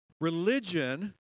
Religion